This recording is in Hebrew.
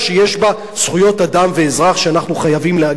זכויות אדם ואזרח שאנחנו חייבים להגן עליהן.